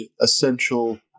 essential